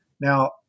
Now